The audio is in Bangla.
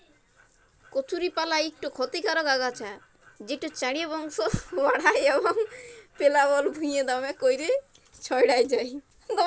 কচুরিপালা ইকট খতিকারক আগাছা যেট চাঁড়ে বংশ বাঢ়হায় এবং পেলাবল ভুঁইয়ে দ্যমে ক্যইরে ছইড়াই যায়